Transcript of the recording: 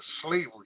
slavery